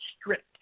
strict